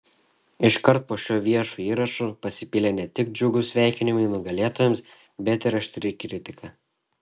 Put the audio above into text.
iškart po šiuo viešu įrašu pasipylė ne tik džiugūs sveikinimai nugalėtojams bet ir aštri kritika